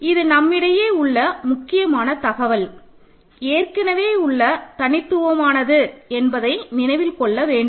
இது நம்மிடையே உள்ள முக்கியமான தகவல் ஏற்கனவே உள்ள தனித்துவமானது என்பதை நினைவில் கொள்ளவேண்டும்